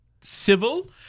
civil